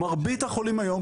מרבית החולים היום,